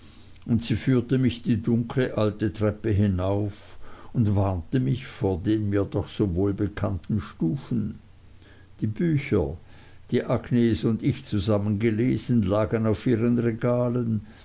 und sie führte mich die dunkle alte treppe hinauf und warnte mich vor den mir doch so wohlbekannten stufen die bücher die agnes und ich zusammen gelesen lagen auf ihren regalen